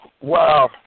Wow